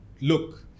Look